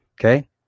Okay